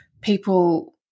people